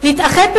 נתאחד,